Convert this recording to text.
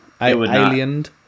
Aliened